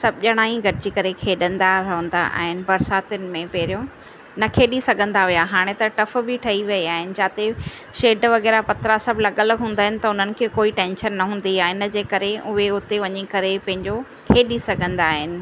सभु ॼणा ई गॾिजी करे खेॾंदा रहंदा आहिनि बरसातियुनि में पहिरियों न खेॾी सघंदा हुआ हाणे त टफ बि ठही विया आहिनि जाते शेड वग़ैरह पतरा सभु लॻल हूंदा आहिनि त उन्हनि खे कोई टेंशन न हूंदी आहे इन जे करे उहे उते वञी करे पंहिंजो खेॾी सघंदा आहिनि